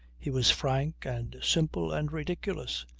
he was frank and simple and ridiculous.